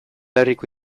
herriko